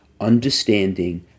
understanding